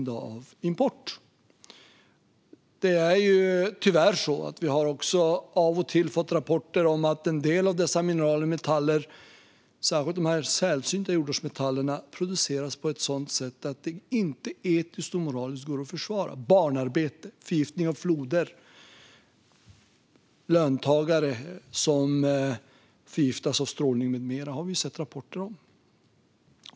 Det är tyvärr så att vi av och till har fått rapporter om att en del av dessa mineraler och metaller, särskilt de sällsynta jordartsmetallerna, produceras på ett sådant sätt att det inte går att försvara etiskt och moraliskt. Det rapporteras om barnarbete, förgiftning av floder och löntagare som förgiftas av strålning med mera. Fru talman!